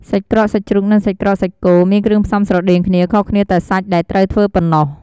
សាច់ក្រកសាច់ជ្រូក និងសាច់ក្រកសាច់គោ មានគ្រឿងផ្សំស្រដៀងគ្នាខុសគ្នាតែសាច់ដែលត្រូវធ្វើប៉ុណ្ណោះ។